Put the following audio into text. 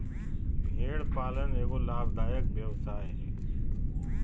भेड़ पालन एगो लाभदायक व्यवसाय हइ